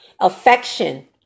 affection